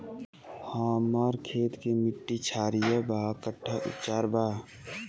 हमर खेत के मिट्टी क्षारीय बा कट्ठा उपचार बा?